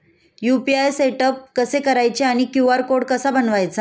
UPI setup कसे करायचे आणि क्यू.आर कोड कसा बनवायचा?